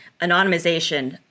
anonymization